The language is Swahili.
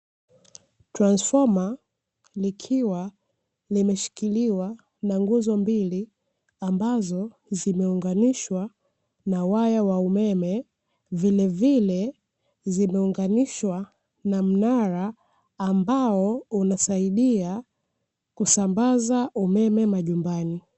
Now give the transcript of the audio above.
Transfoma likiwa limeshikiliwa na nguzo mbili, ambazo zimeunganishwa na waya wa umeme. Vilevile zimeunganishwa na mnara ambao unasaidia kusambaza umeme majumbani.